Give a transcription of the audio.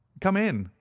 come in,